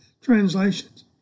translations